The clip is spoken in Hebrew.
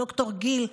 ד"ר גיל,